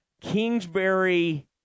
Kingsbury